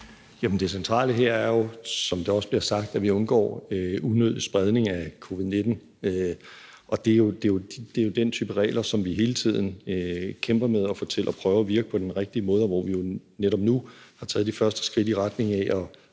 Det centrale her er jo, som der også bliver sagt, at vi undgår en unødig spredning af covid-19, og det er jo den type regler, som vi hele tiden kæmper med at prøve at få til at virke på den rigtige måde, og hvor vi jo netop nu har taget de første skridt i retning af at